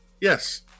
Yes